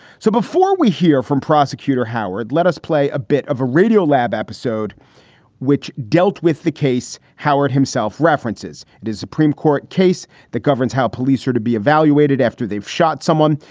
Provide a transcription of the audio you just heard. so before we hear from prosecutor howard, let us play a bit of a radio lab episode which dealt with the case. howard himself references and his supreme court case that governs how police are to be evaluated after they've shot someone.